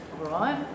right